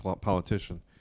politician